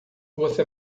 você